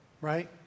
right